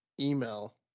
email